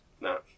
No